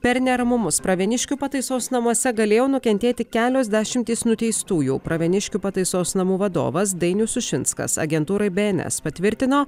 per neramumus pravieniškių pataisos namuose galėjo nukentėti kelios dešimtys nuteistųjų pravieniškių pataisos namų vadovas dainius sušinskas agentūrai bns patvirtino